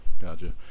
Gotcha